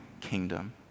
kingdom